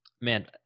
Man